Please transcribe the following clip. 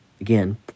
again